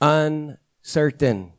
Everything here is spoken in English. uncertain